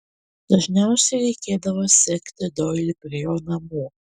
dažniausiai reikėdavo sekti doilį prie jo namų